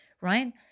right